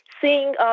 seeing